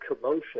commotion